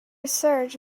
search